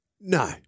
No